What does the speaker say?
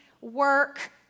work